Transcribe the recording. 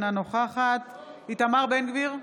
אינה נוכחת איתמר בן גביר,